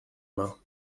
mains